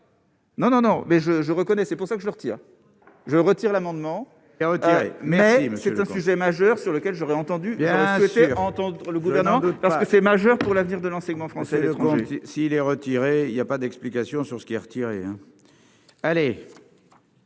non, non, non, mais je, je reconnais, c'est pour ça que je me retire, je retire l'amendement. Et retiré mais c'est un sujet majeur sur lequel j'aurais entendu bien entendre le gouvernement parce que c'est majeur pour l'avenir de l'enseignement français à l'étranger si les retirer, il y a pas d'explication sur ce qui est retiré allez.